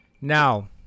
now